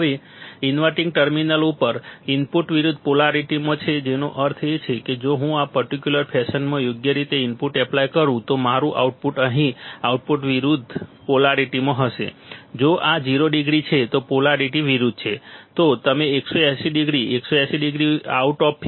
હવે inverting terminal ઉપર input વિરુદ્ધ પોલારીટીમાં છે જેનો અર્થ છે કે જો હું આ પર્ટિક્યુલર ફેશનમાં યોગ્ય રીતે ઇનપુટ એપ્લાય કરું તો મારું આઉટપુટ અહીં આઉટપુટ વિરુદ્ધ પોલેરિટીમાં હશે જો આ 0 ડિગ્રી છે તો પોલેરિટી વિરુદ્ધ છે તો તમે 180 ડિગ્રી આઉટ ઓફ ફેઝ જોઈ શકો છો